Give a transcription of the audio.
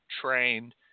trained